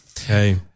Hey